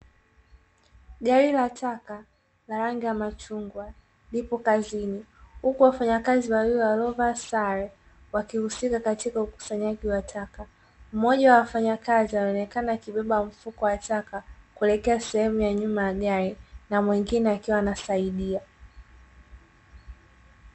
Gari la taka la rangi ya machungwa lipo kazini, huku wafanyakazi wawili waliovaa sare wakihusika katika ukusanyaji wa taka, mmoja wa wafanyakazi anaonekana akibeba mfuko wa wataka kuelekea sehemu ya nyuma ya gari na mwingine akiwa anasaidia.